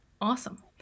Awesome